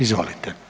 Izvolite.